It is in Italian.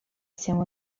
siamo